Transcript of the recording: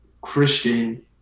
Christian